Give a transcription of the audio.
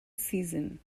season